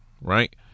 right